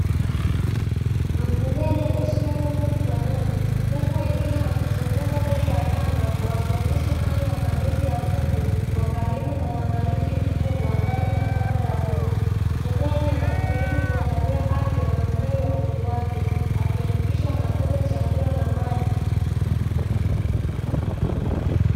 Mfugaji ameshika kuku mkononi huku wengine wakizunguka mbele ya banda wakionyesha hali ya malezi ya kuku kwa karibu na uangalizi mkubwa ndani ya banda la kuku. Mfukaji anajitahidi kuangalia afya na ustawi wa kuku wake akihakikisha wanapata chakula na maji.